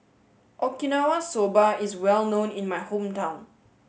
Okinawa Soba is well known in my hometown